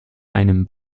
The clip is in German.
einem